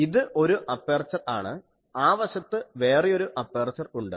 ഇത് ഒരു അപ്പർച്ചർ ആണ് ആ വശത്ത് വേറെയൊരു അപ്പേർച്ചർ ഉണ്ട്